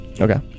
Okay